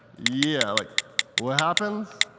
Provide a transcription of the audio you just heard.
yeah, like what happens?